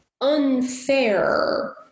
unfair